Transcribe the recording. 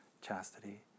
chastity